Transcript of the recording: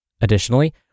Additionally